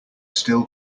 still